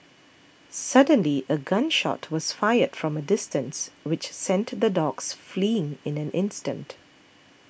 suddenly a gun shot was fired from a distance which sent the dogs fleeing in an instant